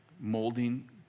molding